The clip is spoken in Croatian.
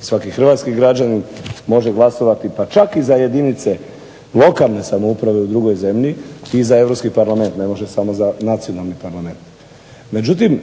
svaki hrvatski građanin može glasovati pa čak i za jedinice lokalne samouprave u drugoj zemlji i za Europski parlament, ne može samo za nacionalni parlament. Međutim,